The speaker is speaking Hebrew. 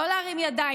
לא להרים ידיים.